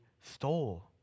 stole